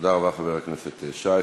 תודה רבה, חבר הכנסת שי.